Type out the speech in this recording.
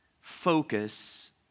focus